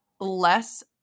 less